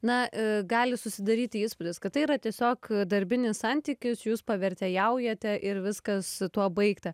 na gali susidaryti įspūdis kad tai yra tiesiog darbinis santykis jūs pavertėjaujate ir viskas tuo baigta